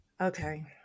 Okay